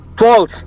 False